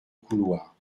couloirs